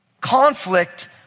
Conflict